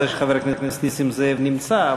שחבר הכנסת נסים זאב נמצא,